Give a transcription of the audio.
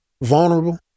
vulnerable